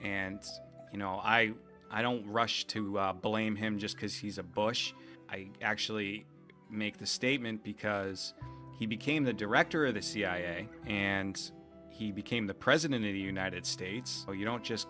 and you know i i don't rush to blame him just because he's a bush i actually make the statement because he became the director of the cia and he became the president of the united states so you don't just